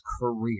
career